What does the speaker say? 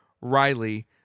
Riley